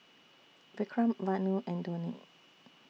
Vikram Vanu and Dhoni